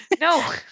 no